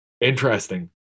interesting